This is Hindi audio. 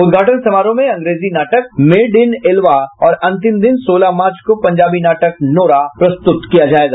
उदघाटन समारोह में अंग्रेजी नाटक मेड इन इल्वा और अंतिम दिन सोलह मार्च को पंजाबी नाटक नोरा प्रस्तुत किया जाएगा